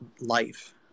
life